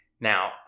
Now